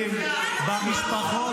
הוא נשפט.